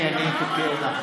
אני אתקן.